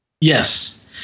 Yes